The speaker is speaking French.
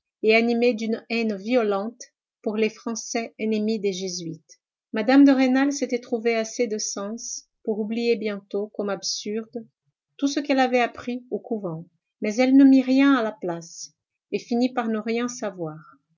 et animées d'une haine violente pour les français ennemis des jésuites mme de rênal s'était trouvée assez de sens pour oublier bientôt comme absurde tout ce qu'elle avait appris au couvent mais elle ne mit rien à la place et finit par ne rien savoir